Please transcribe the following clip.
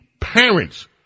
parents